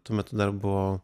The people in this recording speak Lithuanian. tuo metu dar buvo